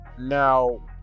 Now